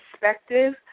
perspective